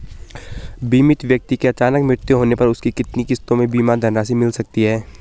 बीमित व्यक्ति के अचानक मृत्यु होने पर उसकी कितनी किश्तों में बीमा धनराशि मिल सकती है?